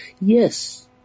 Yes